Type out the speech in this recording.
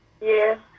yes